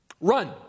Run